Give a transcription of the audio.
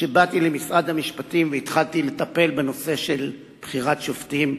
שבאתי למשרד המשפטים והתחלתי לטפל בנושא של בחירת שופטים,